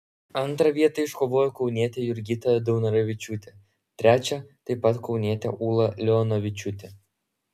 antrą vietą iškovojo kaunietė jurgita daunoravičiūtė trečią taip pat kaunietė ūla leonavičiūtė